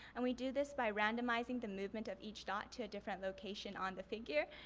and we do this by randomizing the movement of each dot to a different location on the figure.